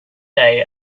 day